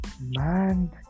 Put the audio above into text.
man